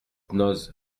noz